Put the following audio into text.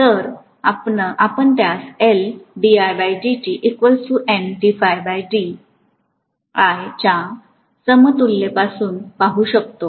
तर आपण त्यास च्या समतुल्यतेपासून पाहू शकतो